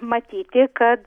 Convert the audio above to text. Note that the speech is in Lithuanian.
matyti kad